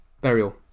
burial